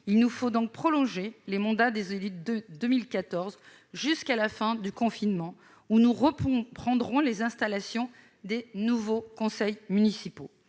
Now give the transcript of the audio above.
par conséquent, prolonger les mandats des élus de 2014 jusqu'à la fin du confinement. Nous reprendrons alors l'installation des nouveaux conseils municipaux.